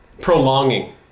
Prolonging